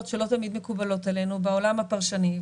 שלא תמיד מקובלות עלינו בעולם הפרשני,